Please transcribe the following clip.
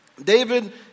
David